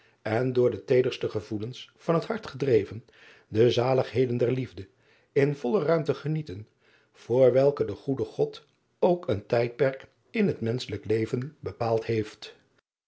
en door de teederste gevoelens van het hart gedreven de zaligheden der liefde in volle ruimte genieten voor welke de goede od ook een tijdperk in het menschelijk leven bepaald heeft